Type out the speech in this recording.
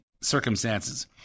circumstances